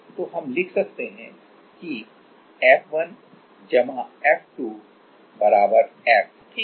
तो हम लिख सकते हैं कि F1F2 F ठीक है